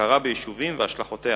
וההכרה ביישובים והשלכותיה.